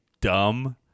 dumb